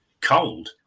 cold